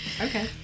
Okay